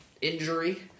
injury